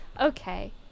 Okay